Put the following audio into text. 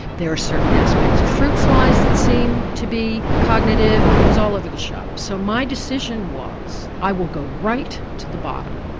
there are certain aspects of fruit flies that seem to be cognitive it was all over the shop. so my decision was i will go right to the bottom,